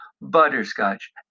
butterscotch